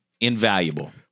invaluable